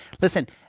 listen